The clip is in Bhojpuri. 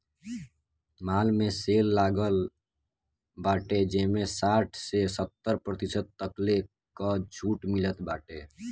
माल में सेल लागल बाटे जेमें साठ से सत्तर प्रतिशत तकले कअ छुट मिलत बाटे